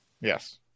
Yes